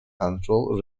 central